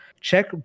Check